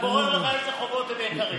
אתה בורר לך אילו חובות הם יקרים,